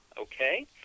Okay